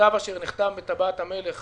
וכתב אשר נחתם בטבעת המלך